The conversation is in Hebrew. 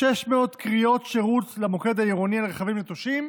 קריאות שירות למוקד העירוני על רכבים נטושים,